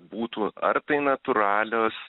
būtų ar tai natūralios